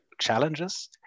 challenges